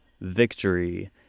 victory